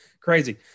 Crazy